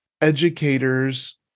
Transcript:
educators